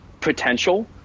potential